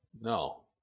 No